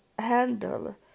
handle